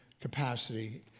capacity